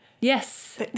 Yes